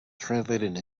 translated